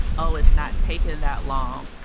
oh, it's not taken that long.